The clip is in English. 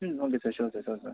okay sir sure sir sure sir